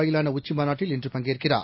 வாயிலான உச்சிமாநாட்டில் இன்று பங்கேற்கிறார்